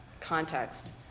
context